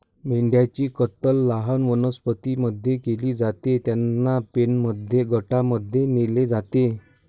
मेंढ्यांची कत्तल लहान वनस्पतीं मध्ये केली जाते, त्यांना पेनमध्ये गटांमध्ये नेले जाते